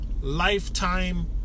lifetime